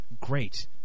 great